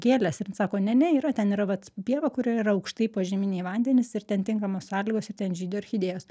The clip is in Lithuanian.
gėlės ir jin sako ne ne yra ten yra vat pieva kurioj yra aukštai požeminiai vandenys ir ten tinkamos sąlygos ir ten žydi orchidėjos